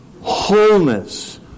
wholeness